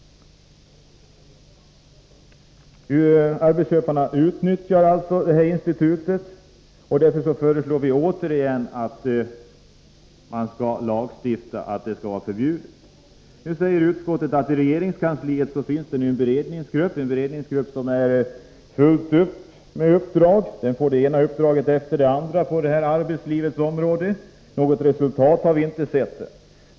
Arbetsköparna utnyttjar alltså det här institutet, och därför föreslår vi återigen en lagstiftning som förbjuder detta. Nu säger utskottet att det i regeringskansliet finns en beredningsgrupp som har fullt upp att göra. Den får det ena uppdraget efter det andra på arbetslivsområdet. Något resultat har vi dock inte sett än.